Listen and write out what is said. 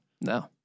no